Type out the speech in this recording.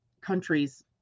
countries